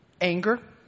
Anger